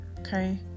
okay